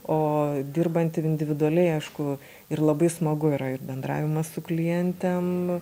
o dirbant individualiai aišku ir labai smagu yra ir bendravimas su klientėm